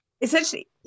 essentially